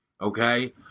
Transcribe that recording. okay